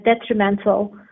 detrimental